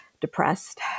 depressed